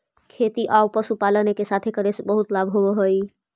खेती आउ पशुपालन एके साथे करे से बहुत लाभ होब हई